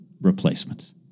replacements